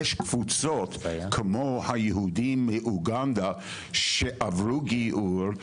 יש קבוצות כמו היהודים מאוגנדה שעברו גיור,